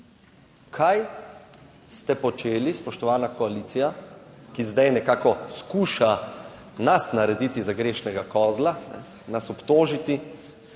Kaj ste počeli, spoštovana koalicija, ki zdaj nekako skuša nas narediti za grešnega kozla, nas obtožiti,